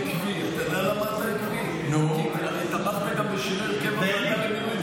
הרי תמכת גם בשינוי הרכב הוועדה למינוי